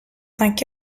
cinq